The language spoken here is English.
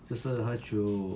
就是喝酒